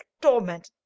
torment